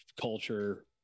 culture